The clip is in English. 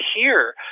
hear